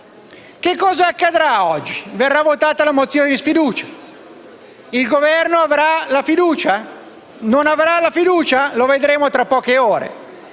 Cosa accadrà oggi? Verrà votata la mozione di sfiducia. Il Governo avrà la fiducia o non avrà la fiducia? Lo vedremo tra poche ore.